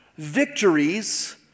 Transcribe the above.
Victories